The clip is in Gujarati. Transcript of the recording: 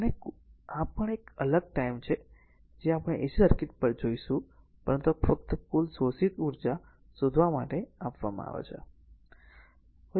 અને આ પણ એક અલગ ટાઈમ છે જે આપણે AC સર્કિટ માટે જોઈશું પરંતુ આ ફક્ત જુલ શોષિત એનર્જી શોધવા માટે આપવામાં આવે છે